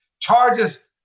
charges